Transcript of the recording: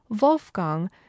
Wolfgang